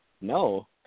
no